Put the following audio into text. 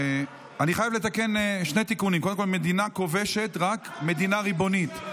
אני חייב לתקן שני תיקונים: קודם כול מדינה כובשת רק מדינה ריבונית.